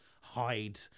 hide